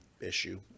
issue